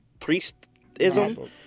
priestism